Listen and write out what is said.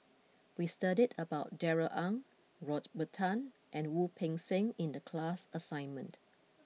we studied about Darrell Ang Robert Tan and Wu Peng Seng in the class assignment